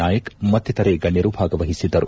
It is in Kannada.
ನಾಯಕ್ ಮತ್ತಿತರೆ ಗಣ್ಯರು ಭಾಗವಹಿಸಿದ್ದರು